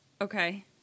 Okay